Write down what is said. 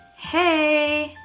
hey,